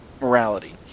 morality